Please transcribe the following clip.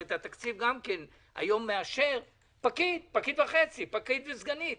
הרי את התקציב גם כן היום פקיד מאשר, פקיד וסגנית